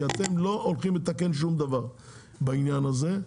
כי אתם לא הולכים לתקן שום דבר בעניין הזה.